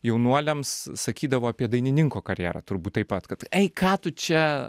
jaunuoliams sakydavo apie dainininko karjerą turbūt taip pat kad ei ką tu čia